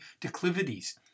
declivities